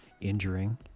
injuring